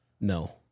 No